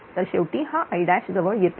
तर शेवटी हा I जवळ येतो